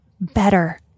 better